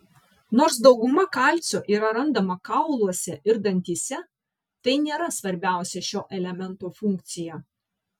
nors dauguma kalcio yra randama kauluose ir dantyse tai nėra svarbiausia šio elemento funkcija